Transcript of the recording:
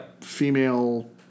female